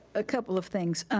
a couple of things.